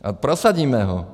A prosadíme ho!